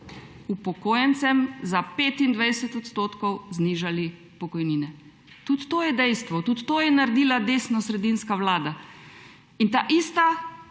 upokojencem za 25 % znižali pokojnine. Tudi to je dejstvo, tudi to je naredila desnosredinska vlada. In ta ista